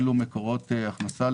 אלו מקורות הכנסה,